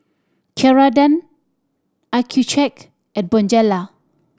Ceradan Accucheck and Bonjela